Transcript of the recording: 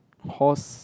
horse